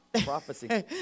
prophecy